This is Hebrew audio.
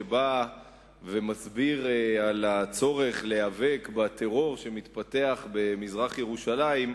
שבא ומסביר את הצורך להיאבק בטרור שמתפתח במזרח-ירושלים,